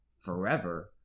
forever